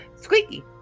Squeaky